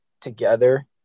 together